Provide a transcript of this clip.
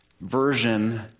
version